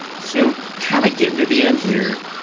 so, kind of getting to the end here.